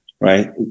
Right